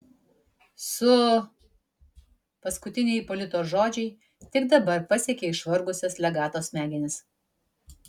su paskutiniai ipolito žodžiai tik dabar pasiekė išvargusias legato smegenis